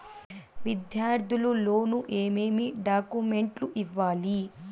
విద్యార్థులు లోను ఏమేమి డాక్యుమెంట్లు ఇవ్వాలి?